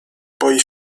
boi